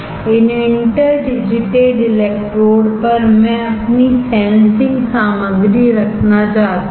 इन interdigitated electrode पर मैं अपनी सेंसिंग सामग्री रखना चाहता हूं